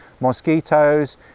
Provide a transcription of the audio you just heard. mosquitoes